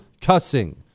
cussing